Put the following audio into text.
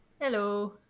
Hello